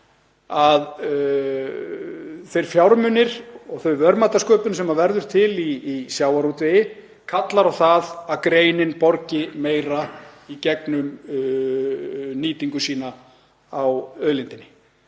að þeir fjármunir og verðmætasköpun sem verður til í sjávarútvegi kallar á það að greinin borgi meira í gegnum nýtingu sína á auðlindinni.